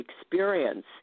experience